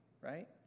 Right